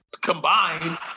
combined